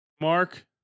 Mark